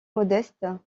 modeste